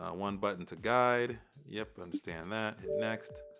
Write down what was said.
ah one button to guide yep, understand that hit next.